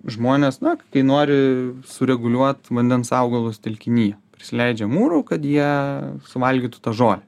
žmonės na kai nori sureguliuot vandens augalus telkiny prisileidžia amūrų kad jie suvalgytų tą žolę